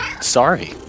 sorry